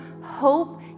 hope